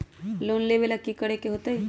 Loan लेवेला की करेके होतई?